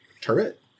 Turret